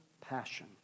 passion